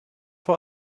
for